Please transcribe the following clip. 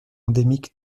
endémique